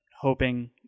hoping